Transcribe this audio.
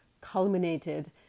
culminated